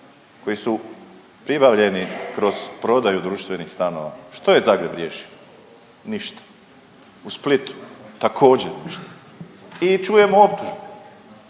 koji su pribavljeni kroz prodaju društvenih stanova. Što je Zagreb riješio? Ništa. U Splitu također. I čujemo optužbe,